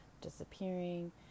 disappearing